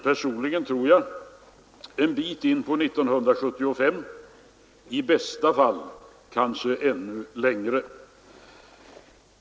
Personligen tror jag att så kommer att bli fallet också ett stycke in på 1975, i bästa fall kanske ännu längre.